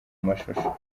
mashusho